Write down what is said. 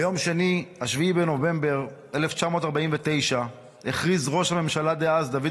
ביום שני 7 בנובמבר 1949 הכריז ראש הממשלה דאז דוד